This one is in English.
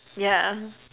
yeah